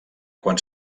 quan